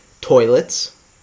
Toilets